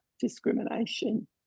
discrimination